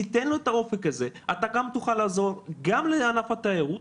תיתן לו את האופק הזה אתה גם תוכל לעזור גם לענף התיירות,